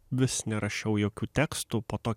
vis nerašiau jokių tekstų po to